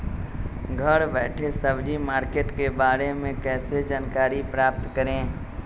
घर बैठे सब्जी मार्केट के बारे में कैसे जानकारी प्राप्त करें?